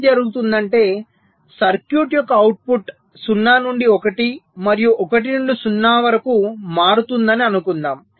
ఏమి జరుగుతుందంటే సర్క్యూట్ యొక్క అవుట్పుట్ 0 నుండి 1 మరియు 1 నుండి 0 వరకు మారుతుందని అనుకుందాం